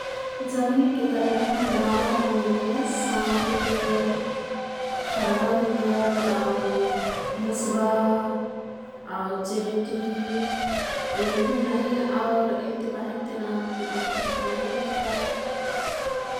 जमिनके तरे रह्ना जनावर ओईने साँप हुइगेल, खर्हा हुइगेल, आऊ मुस्बा, आऊ चेंटि येइनिहि हैं। आउर एन् ति बाहेकते नाम अबेते मोह्के नाई है पता ।